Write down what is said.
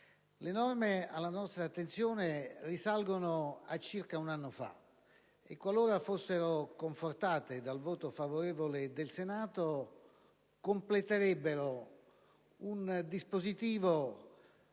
le norme alla nostra attenzione risalgono a circa un anno fa. Qualora fossero confortate dal voto favorevole del Senato, esse completerebbero un dispositivo